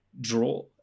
draw